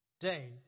day